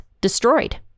destroyed